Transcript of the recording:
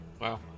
wow